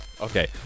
Okay